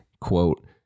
quote